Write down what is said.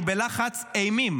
אני בלחץ אימים